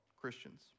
Christians